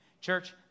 Church